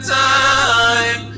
time